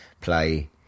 play